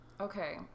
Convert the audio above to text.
Okay